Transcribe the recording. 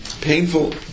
painful